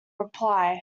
reply